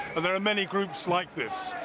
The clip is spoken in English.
and there are many groups like this.